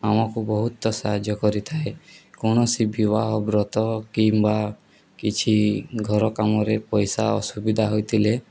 ଆମକୁ ବହୁତ ସାହାଯ୍ୟ କରିଥାଏ କୌଣସି ବିବାହ ବ୍ରତ କିମ୍ବା କିଛି ଘର କାମରେ ପଇସା ଅସୁବିଧା ହୋଇଥିଲେ